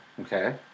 Okay